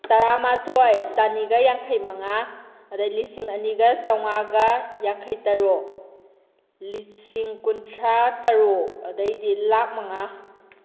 ꯇꯔꯥꯃꯊꯣꯏ ꯆꯅꯤꯒ ꯌꯥꯡꯈꯩꯃꯉꯥ ꯑꯗꯩ ꯂꯤꯁꯤꯡ ꯑꯅꯤꯒ ꯆꯥꯝꯃꯉꯥꯒ ꯌꯥꯡꯈꯩꯇꯔꯨꯛ ꯂꯤꯁꯤꯡ ꯀꯨꯟꯊ꯭ꯔꯥ ꯇꯔꯨꯛ ꯑꯗꯩꯗꯤ ꯂꯥꯈ ꯃꯉꯥ